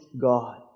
God